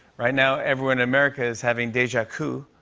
right now, everyone in america is having deja coup.